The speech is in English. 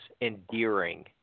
endearing